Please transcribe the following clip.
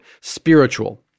spiritual